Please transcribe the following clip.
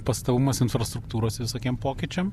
pastovumas infrastruktūros visokiem pokyčiam